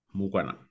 mukana